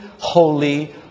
holy